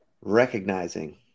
recognizing